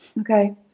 okay